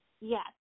yes